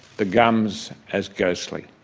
the gums as ghostly.